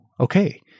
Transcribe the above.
okay